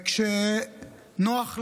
וכשנוח להם,